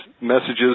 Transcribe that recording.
messages